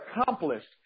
accomplished